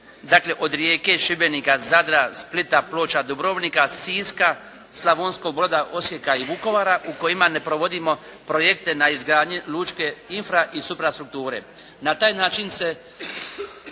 dakle od Rijeke, Šibenika, Zadra, Splita, Ploča, Dubrovnika, Siska, Slavonskog Broda i Vukovara u kojima ne provodimo projekte na izgradnji lučke infra i supra strukture. Na taj način se